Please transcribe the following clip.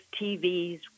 TVs